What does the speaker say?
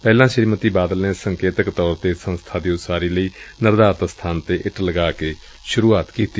ਪਹਿਲਾਂ ਸ੍ਰੀਮਤੀ ਬਾਦਲ ਨੇ ਸੰਕੇਤਕ ਤੌਰ ਤੇ ਏਸ ਸੰਸਥਾ ਦੀ ਉਸਾਰੀ ਲਈ ਨਿਰਧਾਰਤ ਸਥਾਨ ਤੇ ਇੱਟ ਲਗਾ ਕੇ ਸੁਰੂਆਤ ਕੀਤੀ